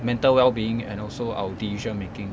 mental wellbeing and also our decision making